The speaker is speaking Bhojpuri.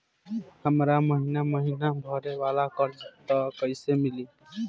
हमरा महिना महीना भरे वाला कर्जा चाही त कईसे मिली?